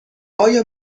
آیا